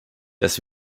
das